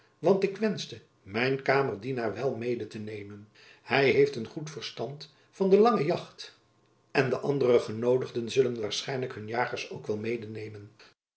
elizabeth musch mijn kamerdienaar wel mede te nemen hy heeft een goed verstand van de lange jacht en de andere genoodigden zullen waarschijnlijk hun jagers ook wel medenemen